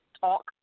talk